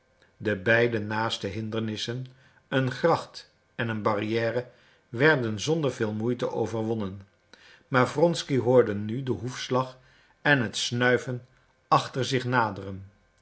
de beide naaste hindernissen een gracht en een barrière werden zonder veel moeite overwonnen maar wronsky hoorde nu den hoefslag en het snuiven achter zich naderen